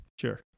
Sure